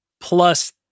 Plus